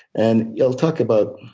and he'll talk about